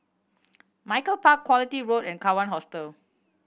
Malcolm Park Quality Road and Kawan Hostel